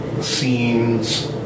scenes